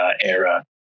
era